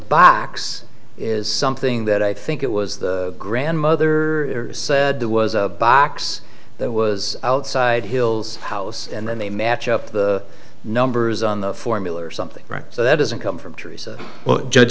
box is something that i think it was the grandmother said there was a box that was outside hill's house and then they match up the numbers on the formula or something so that doesn't come from trees